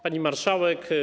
Pani Marszałek!